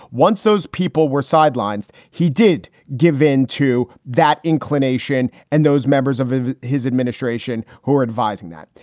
once those people were sidelined, he did give in to that inclination and those members of of his administration who are advising that.